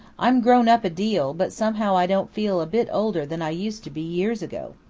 i'm grown up a deal, but somehow i don't feel a bit older than i used to be years ago.